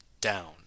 down